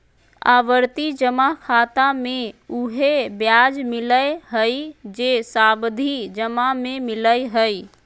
आवर्ती जमा खाता मे उहे ब्याज मिलय हइ जे सावधि जमा में मिलय हइ